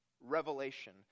revelation